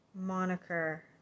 moniker